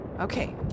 Okay